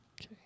Okay